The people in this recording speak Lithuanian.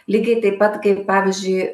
lygiai taip pat kaip pavyzdžiui